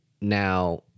Now